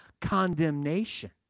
condemnation